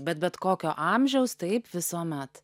bet bet kokio amžiaus taip visuomet